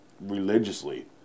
religiously